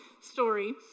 story